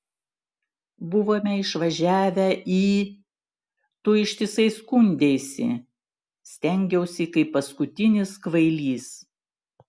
buvome išvažiavę į tu ištisai skundeisi stengiausi kaip paskutinis kvailys